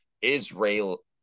Israel